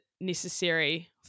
necessary